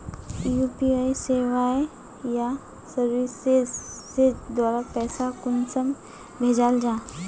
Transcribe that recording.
UPI सेवाएँ या services द्वारा पैसा कुंसम भेजाल जाहा?